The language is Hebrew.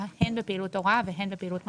הן בפעילות הוראה והן בפעילות מחקר.